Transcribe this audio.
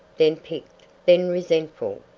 then piqued, then resentful.